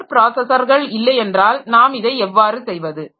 word ப்ராஸஸர்கள் இல்லை என்றால் நாம் இதை எவ்வாறு செய்வது